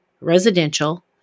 residential